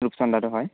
ৰূপচন্দাটো হয়